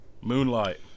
Moonlight